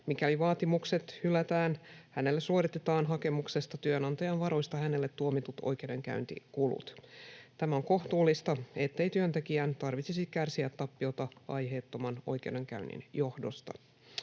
Mikäli vaatimukset hylätään, hänelle suoritetaan hakemuksesta työnantajan varoista hänelle tuomitut oikeudenkäyntikulut. Tämä on kohtuullista, ettei työntekijän tarvitsisi kärsiä tappiota aiheettoman oikeudenkäynnin johdosta.